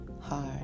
hard